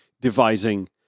devising